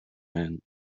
man